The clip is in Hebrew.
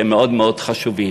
שהם מאוד מאוד חשובים.